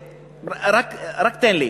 רק תן לי.